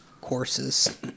courses